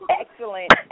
excellent